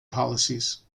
policies